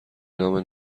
نام